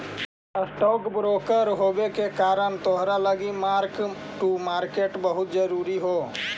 stock broker होबे के कारण तोरा लागी मार्क टू मार्केट बहुत जरूरी हो